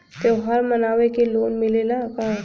त्योहार मनावे के लोन मिलेला का?